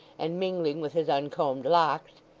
and mingling with his uncombed locks,